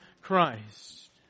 Christ